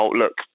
look